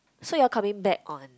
so you all coming back on